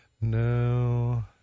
no